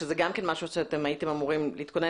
זה גם משהו שאתם הייתם אמורים להתכונן